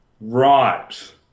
Right